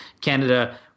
Canada